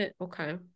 Okay